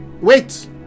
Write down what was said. wait